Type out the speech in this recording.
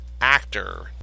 actor